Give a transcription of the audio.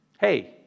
hey